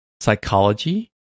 psychology